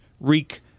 wreak